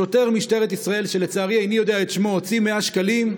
שוטר משטרת ישראל שלצערי איני יודע את שמו הוציא 100 שקלים,